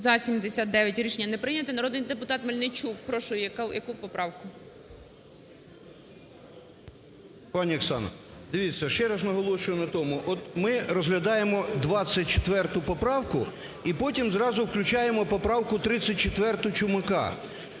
За-79 Рішення не прийнято. Народний депутат Мельничук. Прошу, яка поправка? 11:46:25 МЕЛЬНИЧУК І.І. Пані Оксана, дивіться, ще раз наголошую на тому. От ми розглядаємо 24 поправку і потім зразу включаємо поправку 34 Чумака.